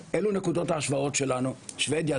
לשוודיה,